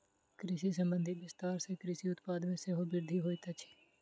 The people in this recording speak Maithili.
कृषि संबंधी विस्तार सॅ कृषि उत्पाद मे सेहो वृद्धि होइत अछि